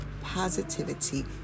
positivity